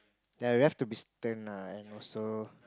ya we have to be stern ah and also